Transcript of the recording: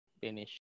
finish